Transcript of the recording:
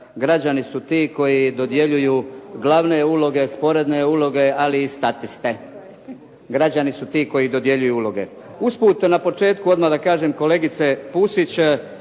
građani su ti koji dodjeljuju glavne uloge, sporedne uloge ali i statiste. Građani su ti koji dodjeljuju uloge. Usput na početku da odmah kažem kolegice Pusić,